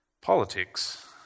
Politics